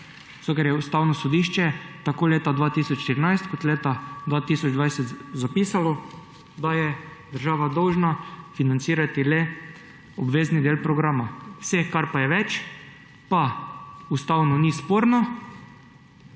Zato ker je Ustavno sodišče tako leta 2014 kot leta 2020 zapisalo, da je država dolžna financirati le obvezni del programa. Vse kar pa je več, ustavno ni sporno,